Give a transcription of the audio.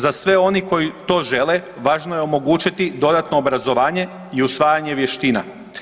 Za sve one koji to žele važno je omogućiti dodatno obrazovanje i usvajanje vještina.